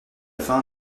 fin